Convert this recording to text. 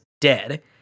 dead